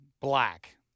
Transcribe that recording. Black